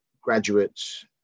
graduates